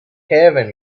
heaven